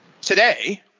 today